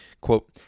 quote